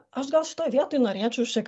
aš gal šitoj vietoj norėčiau šiek